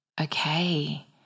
okay